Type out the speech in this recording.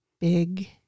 big